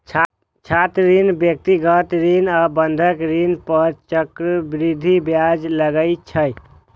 छात्र ऋण, व्यक्तिगत ऋण आ बंधक ऋण पर चक्रवृद्धि ब्याज लागै छै